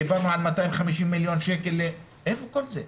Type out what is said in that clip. דיברנו על 250 מליון שקל, איפה כל זה?